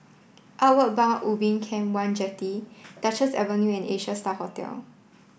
Outward Bound Ubin Camp One Jetty Duchess Avenue and Asia Star Hotel